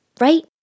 right